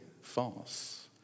false